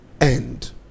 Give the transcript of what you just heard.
end